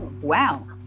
Wow